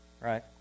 right